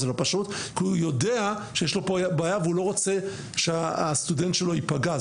כי הוא יודע שיש לו פה בעיה והוא לא רוצה שהסטודנט שלו ייפגע.